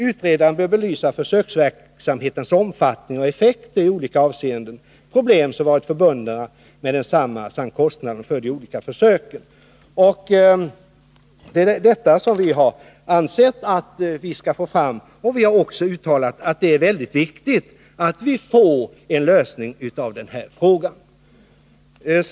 Utredaren bör belysa försöksverksamhetens omfattning och effekter i olika avseenden, problem som varit förbundna med densamma samt kostnaderna för de olika försöken.” Detta anser vi skall komma fram, och vi har också uttalat att det är mycket viktigt att få en lösning av den här frågan.